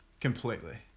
completely